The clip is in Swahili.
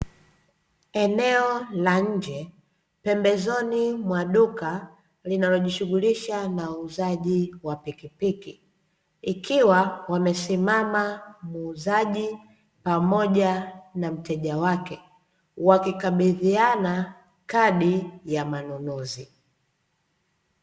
Eneo la nje, pembezoni mwa duka linalojishughulisha na uuzaji wa pikipiki, ikiwa wamesimama muuzaji pamoja na mteja wake wakikabidhiana kadi ya manunuzi.